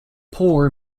poor